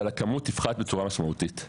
אבל הכמות תפחת בצורה משמעותית.